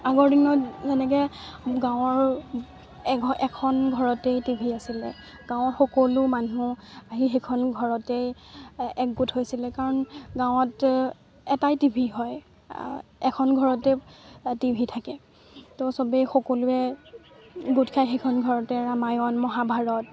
আগৰ দিনত যেনেকৈ গাঁৱৰ এখন ঘৰতেই টি ভি আছিলে গাঁৱৰ সকলো মানুহ আহি সেইখন ঘৰতেই একগোট হৈছিলে কাৰণ গাঁৱত এটাই টি ভি হয় এখন ঘৰতে টি ভি থাকে তো চবেই সকলোৱে গোট খায় সেইখন ঘৰতে ৰামায়ণ মহাভাৰত